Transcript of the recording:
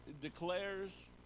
declares